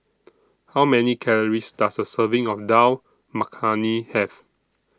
How Many Calories Does A Serving of Dal Makhani Have